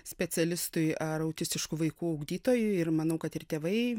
specialistui ar autistiškų vaikų ugdytojui ir manau kad ir tėvai